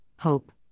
hope